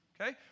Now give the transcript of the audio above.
okay